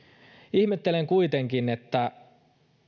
ihmettelen kuitenkin että